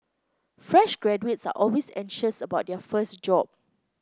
fresh graduates are always anxious about their first job